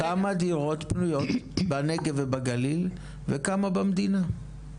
אז כמה דירות פנויות בנגב ובגליל וכמה במדינה?